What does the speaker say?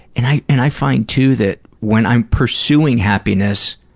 and i and i find, too, that when i'm pursuing happiness,